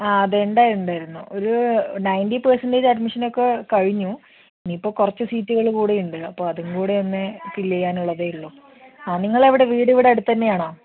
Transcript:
ആ അത് ഉണ്ടായി ഉണ്ടായിരുന്നു ഒരു നൈൻ്റി പെർസെൻ്റേജ് അഡ്മിഷനൊക്കെ കഴിഞ്ഞു എനിയിപ്പോൽ കുറച്ച് സീറ്റുകൾ കൂടിയുണ്ട് അപ്പോൾ അതുംകൂടിയൊന്ന് ഫില്ല് ചെയ്യാൻ ഉള്ളതേ ഉള്ളു ആ നിങ്ങളെവിടെ വീട് എവിടെ അടുത്ത് തന്നെയാണോ